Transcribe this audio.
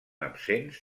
absents